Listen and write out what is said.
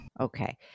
Okay